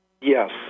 Yes